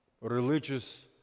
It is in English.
religious